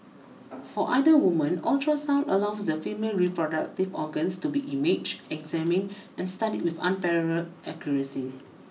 for other women ultrasound allows the female reproductive if organs to be imaged examined and studied with unparalleled accuracy